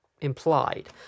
implied